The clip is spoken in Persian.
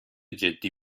جدی